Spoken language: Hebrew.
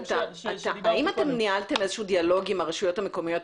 האם ניהלתם איזשהו דיאלוג עם הרשויות המקומיות?